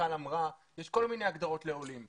שמיכל אמרה, יש כל מיני הגדרות לעולים.